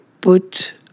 put